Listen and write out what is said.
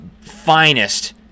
finest